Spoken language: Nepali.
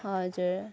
हजुर